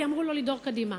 כי אמרו לו לדהור קדימה.